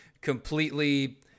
completely